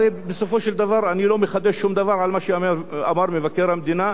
הרי בסופו של דבר אני לא מחדש שום דבר על מה שאמר מבקר המדינה,